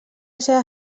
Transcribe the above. seva